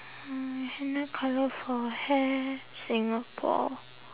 mm henna colour for hair singapore